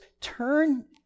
turn